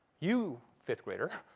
you, fifth grader,